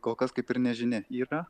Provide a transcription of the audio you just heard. kol kas kaip ir nežinia yra